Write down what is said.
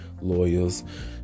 lawyers